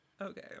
Okay